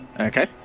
Okay